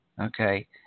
Okay